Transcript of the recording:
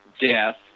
death